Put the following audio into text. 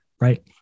Right